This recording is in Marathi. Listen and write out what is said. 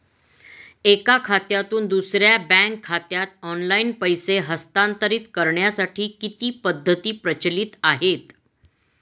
एका खात्यातून दुसऱ्या बँक खात्यात ऑनलाइन पैसे हस्तांतरित करण्यासाठी किती पद्धती प्रचलित आहेत?